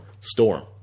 Storm